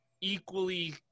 equally